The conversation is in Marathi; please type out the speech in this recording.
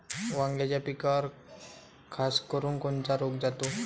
वांग्याच्या पिकावर खासकरुन कोनचा रोग जाते?